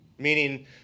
Meaning